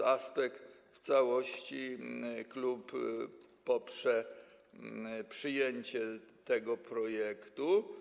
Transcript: W aspekcie całości klub poprze przyjęcie tego projektu.